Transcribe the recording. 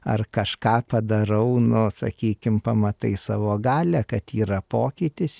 ar kažką padarau nu sakykim pamatai savo galią kad yra pokytis